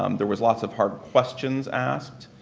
um there was lots of hard questions asked.